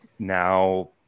now